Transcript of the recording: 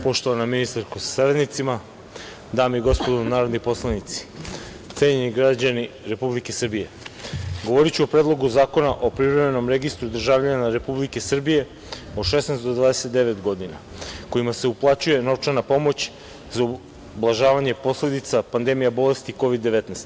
Poštovana ministarko sa saradnicima, dame i gospodo narodni poslanici, cenjeni građani Republike Srbije, govoriću o Predlogu zakona o privremenom registru državljana Republike Srbije od 16 do 29 godina, kojima se uplaćuje novčana pomoć za ublažavanje posledica pandemija bolesti Kovid 19.